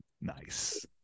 nice